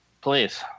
Please